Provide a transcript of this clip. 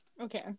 Okay